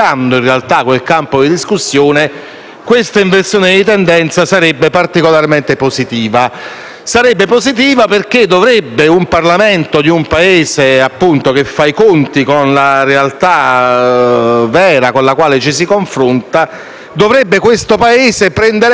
tale inversione di tendenza sarebbe particolarmente positiva. Sarebbe positiva perché il Parlamento di un Paese che fa i conti con la realtà con cui ci si confronta, dovrebbe prendere atto di come la strategia